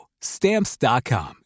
Stamps.com